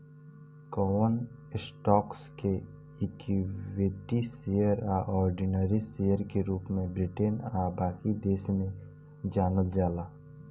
कवन स्टॉक्स के equity share आ ऑर्डिनरी शेयर के रूप में ब्रिटेन आ बाकी देश में जानल जाला